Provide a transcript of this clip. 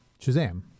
Shazam